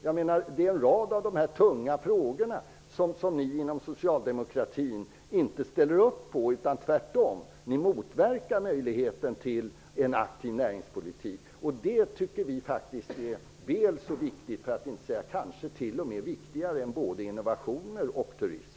Det finns alltså en rad områden där ni inom socialdemokratin inte ställer upp på en aktiv näringspolitik -- tvärtom: ni motverkar den. En aktiv näringspolitik tycker vi är väl så viktigt -- kanske t.o.m. viktigare än både innovationer och turism.